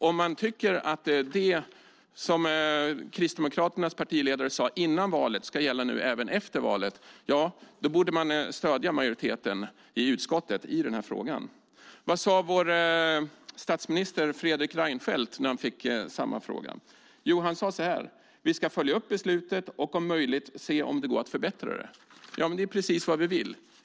Om man tycker att det som Kristdemokraternas partiledare sade före valet ska gälla även nu efter valet, ja, då borde man stödja majoriteten i utskottet i den här frågan. Vad sade vår statsminister Fredrik Reinfeldt när han fick samma fråga? Jo, han sade så här: "Vi ska följa upp beslutet och om möjligt se om det går att förbättra det." Men det är ju precis vad vi vill.